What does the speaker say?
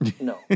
No